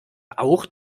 auch